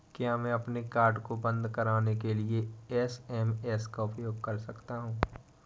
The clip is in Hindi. क्या मैं अपने कार्ड को बंद कराने के लिए एस.एम.एस का उपयोग कर सकता हूँ?